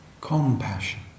Compassion